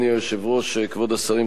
כבוד השרים,